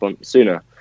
sooner